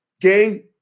gang